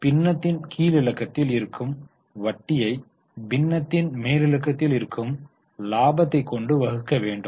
பின்னத்தின் கீழ்லிலக்கத்தில் இருக்கும் வட்டியை பின்னத்தின் மேலிலக்கத்தில் இருக்கும் லாபத்தை கொண்டு வகுக்க வேண்டும்